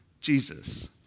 Jesus